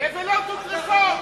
נבלות וטרפות.